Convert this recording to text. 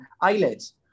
eyelids